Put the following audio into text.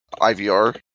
IVR